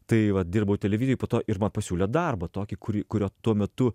tai vat dirbau televizijoj po to ir man pasiūlė darbą tokį kurį kurio tuo metu